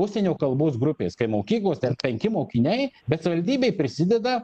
užsienio kalbos grupės kai mokyklos ten penki mokiniai bet savivaldybė prisideda